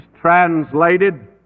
translated